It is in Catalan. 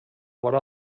vora